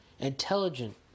intelligent